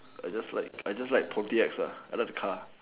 I just like poetics I like the car